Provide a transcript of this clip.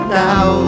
now